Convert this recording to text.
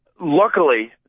luckily